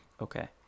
Okay